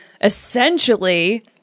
essentially